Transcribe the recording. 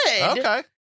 Okay